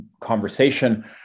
conversation